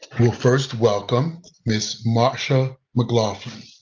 we'll first welcome ms. marsha mclaughlin.